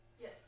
Yes